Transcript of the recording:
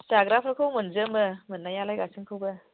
जाग्राफोरखौ मोनजोबो मोननायालाय गासैखौबो